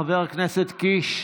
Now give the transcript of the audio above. חבר הכנסת קיש,